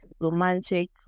romantic